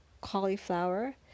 cauliflower